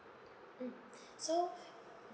mm so